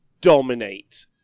dominate